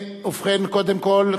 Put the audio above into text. קודם כול,